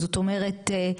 זאת אומרת,